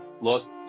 look